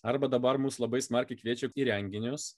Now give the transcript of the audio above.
arba dabar mus labai smarkiai kviečia į renginius